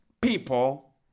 people